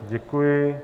Děkuji.